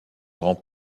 grand